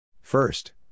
First